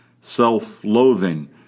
self-loathing